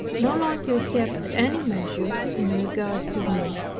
no longer kept any measures in regard to me.